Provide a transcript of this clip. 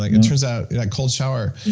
like it turns out that cold shower.